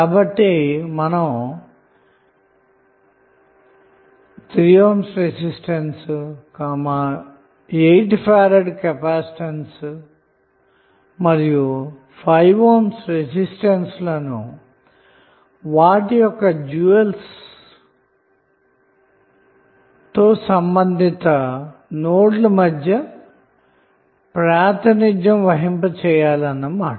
కాబట్టి మీరు 3 ohm resistance 8 F capacitor మరియు 5 ohm రెసిస్టెన్స్ ల ను వాటి యొక్క డ్యూయల్స్ తో సంబంధిత నోడ్ ల మధ్య ప్రాతినిధ్యం వహింప చేస్తారు అన్న మాట